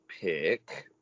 pick